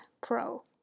Pro